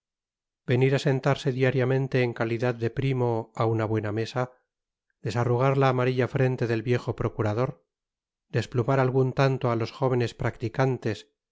venir á sentarse diariamente en calidad deprimo á una buena mesa desarrugar la amarilla frente del viejo procurador desplumar algun tanto á los jóvenes practicantes